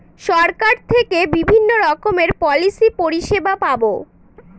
সরকার থেকে বিভিন্ন রকমের পলিসি পরিষেবা পাবো